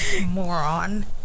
moron